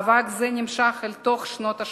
מאבק זה נמשך אל תוך שנות ה-80.